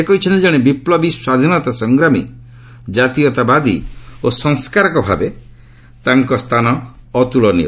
ସେ କହିଛନ୍ତି କଣେ ବିପ୍ଲବୀ ସ୍ୱାଧୀନତା ସଂଗ୍ରାମୀ ଜାତୀୟତାବଦୌ ଓ ସଂସ୍କାରକ ଭାବେ ତାଙ୍କର ସ୍ଥାନ ଅତ୍କଳନୀୟ